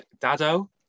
Dado